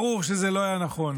ברור שזה לא היה נכון.